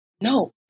No